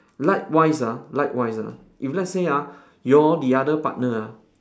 likewise ah likewise ah if let's say ah your the other partner ah